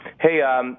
Hey